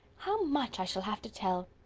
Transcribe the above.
how much i shall have to tell!